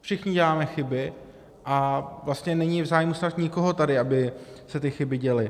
Všichni děláme chyby a vlastně není zájem snad nikoho tady, aby se ty chyby děly.